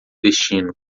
destino